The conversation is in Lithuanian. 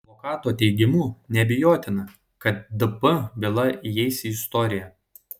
advokato teigimu neabejotina kad dp byla įeis į istoriją